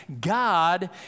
God